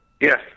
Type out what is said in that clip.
Yes